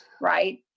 Right